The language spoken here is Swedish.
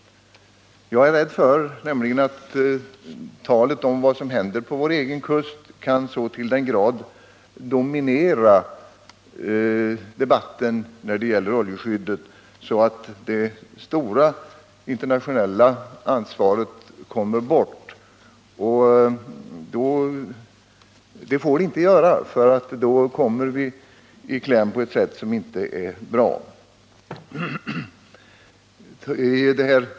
Jag är nämligen rädd för att talet om vad som händer på vår egen kust kan så till den grad dominera debatten om oljeskyddet att det stora internationella ansvaret kommer bort. Men det får inte ske. I så fall kommer vi i kläm på ett sätt som inte är bra.